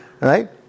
Right